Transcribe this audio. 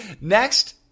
Next